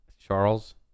Charles